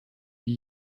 die